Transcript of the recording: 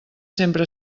sempre